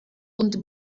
und